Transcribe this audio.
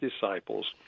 disciples